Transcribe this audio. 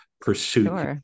pursuit